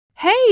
Hey